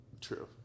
True